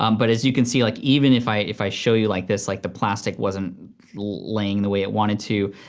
um but as you can see, like even if i if i show you like this, like the plastic wasn't laying the way it wanted to,